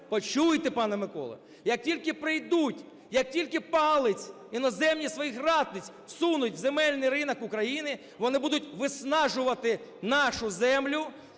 почуйте, пане Миколо, як тільки прийдуть, як тільки палець іноземних своїх ратиць всунуть в земельний ринок України, вони будуть виснажувати нашу землю